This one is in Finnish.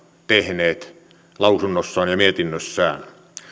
tehneet lausunnossaan ja mietinnössään